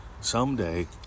Someday